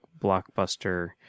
blockbuster